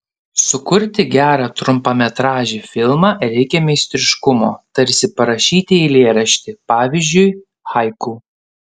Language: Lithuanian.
sukurti gerą trumpametražį filmą reikia meistriškumo tarsi parašyti eilėraštį pavyzdžiui haiku